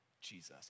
Jesus